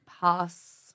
Pass